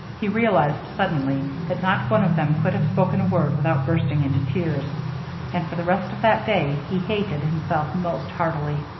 he realized suddenly that not one of them could have spoken a word without bursting into tears and for the rest of that day he hated himself most heartily.